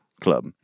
club